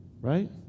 Right